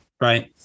right